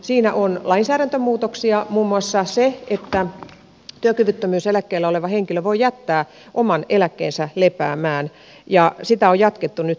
siinä on lainsäädäntömuutoksia muun muassa se että työkyvyttömyyseläkkeellä oleva henkilö voi jättää oman eläkkeensä lepäämään ja sitä mahdollisuutta on jatkettu nyt